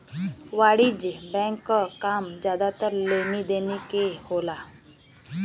वाणिज्यिक बैंक क काम जादातर लेनी देनी के होला